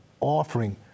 offering